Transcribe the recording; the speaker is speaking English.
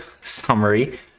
summary